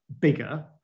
bigger